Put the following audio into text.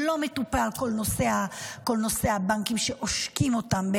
כל נושא הבנקים שעושקים אותם לא מטופל.